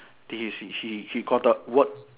did you see he he got the word